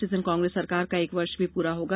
जिस दिन कांग्रेस सरकार का एक वर्ष भी पूरा होगा